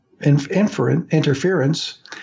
interference